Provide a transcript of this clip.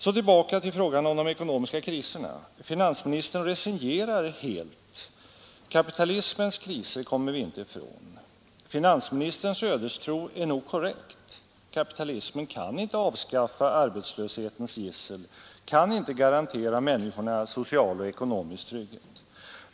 Så tillbaka till frågan om de ekonomiska kriserna. Finansministern resignerar helt. Kapitalismens kriser kommer vi inte ifrån. Finansministens ödestro är nog korrekt. Kapitalismen kan inte avskaffa arbetslöshetens gissel, kan inte garantera människorna social och ekonomisk trygghet.